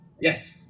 Yes